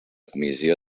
comissió